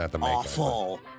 awful